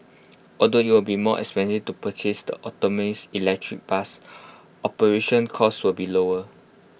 although IT will be more expensive to purchase the electric bus operational costs will be lower